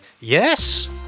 yes